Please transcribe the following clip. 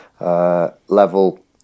level